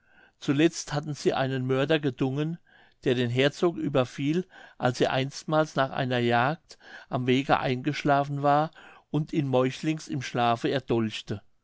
zuletzt hatten sie einen mörder gedungen der den herzog überfiel als er einstmals nach einer jagd am wege eingeschlafen war und ihn meuchlings im schlafe erdolchte